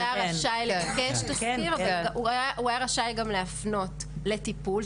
הוא היה רשאי לבקש תזכיר והוא היה רשאי גם להפנות לטיפול.